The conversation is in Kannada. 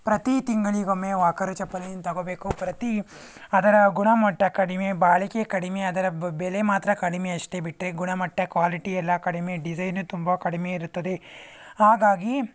ಪ್ರತಿ ತಿಂಗಳಿಗೊಮ್ಮೆ ವಾಕರು ಚಪ್ಪಲಿಯನ್ನು ತಗೋಬೇಕು ಪ್ರತಿ ಅದರ ಗುಣಮಟ್ಟ ಕಡಿಮೆ ಬಾಳಿಕೆ ಕಡಿಮೆ ಅದರ ಬೆಲೆ ಮಾತ್ರ ಕಡಿಮೆ ಅಷ್ಟೇ ಬಿಟ್ಟರೆ ಗುಣಮಟ್ಟ ಕ್ವಾಲಿಟಿ ಎಲ್ಲ ಕಡಿಮೆ ಡಿಸೈನೂ ತುಂಬ ಕಡಿಮೆ ಇರುತ್ತದೆ ಹಾಗಾಗಿ